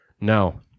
Now